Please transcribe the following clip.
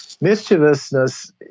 mischievousness